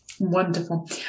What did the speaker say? Wonderful